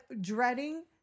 dreading